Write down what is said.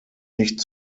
nicht